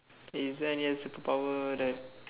is there any super power that